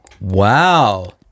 Wow